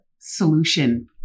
solution